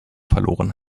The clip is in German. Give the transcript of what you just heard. verloren